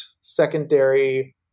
secondary